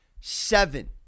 Seven